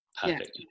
perfect